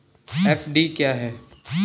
FD क्या है?